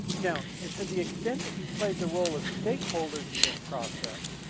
now and to the extent that you played the role of stakeholders in this process,